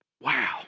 Wow